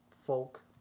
folk